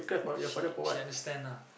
she she understand ah